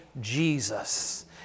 Jesus